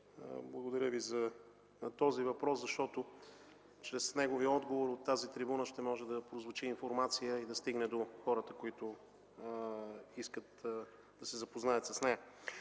благодаря Ви за този въпрос, защото чрез неговия отговор от тази трибуна ще може да прозвучи информация и да стигне до хората, които искат да се запознаят с нея.